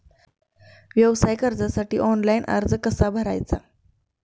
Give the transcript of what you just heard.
व्यवसाय कर्जासाठी ऑनलाइन अर्ज कसा भरायचा?